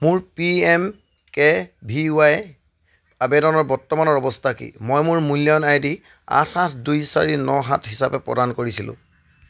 মোৰ P M K V Y আবেদনৰ বৰ্তমানৰ অৱস্থা কি মই মোৰ মূল্যায়ন আই ডি আঠ আঠ দুই চাৰি ন সাত হিচাপে প্ৰদান কৰিছিলোঁ